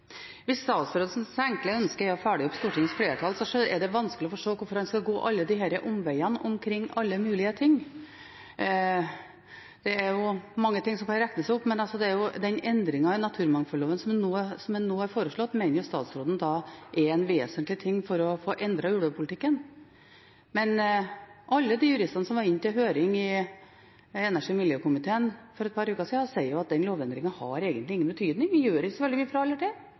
Hvis statsrådens enkle ønske er å følge opp Stortingets flertall, er det vanskelig å forstå hvorfor han skal gå alle disse omveiene omkring alle mulige ting. Det er mange ting som kan rettes opp, men den endringen i naturmangfoldloven som nå er foreslått, mener statsråden er en vesentlig ting for å få endret ulvepolitikken. Alle de juristene som var inne til høring i energi- og miljøkomiteen for et par uker siden, sier at den lovendringen har egentlig ingen betydning, den gjør ikke så mye fra eller til.